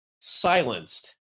silenced